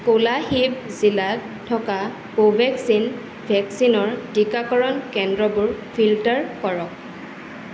কোলাশিৱ জিলাত থকা কোভেক্সিন ভেকচিনৰ টিকাকৰণ কেন্দ্ৰবোৰ ফিল্টাৰ কৰক